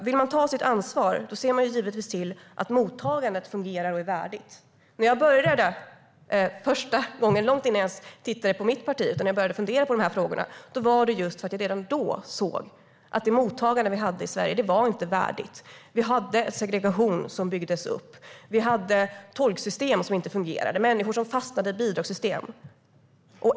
Vill man ta sitt ansvar ser man givetvis till att mottagandet fungerar och är värdigt. När jag började fundera på de här frågorna, långt innan jag tittade på mitt parti, var det just för att jag redan då såg att det mottagande vi hade i Sverige inte var värdigt. Vi hade segregation som byggdes upp. Vi hade tolksystem som inte fungerade och människor som fastnade i bidragssystem.